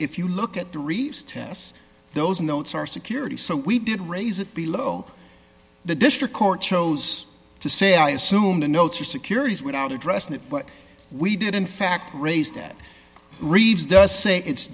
if you look at the reefs tests those notes are security so we did raise it below the district court chose to say i assume the notes are securities without addressing it but we did in fact raise that reeves does say it's